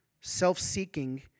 self-seeking